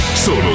Solo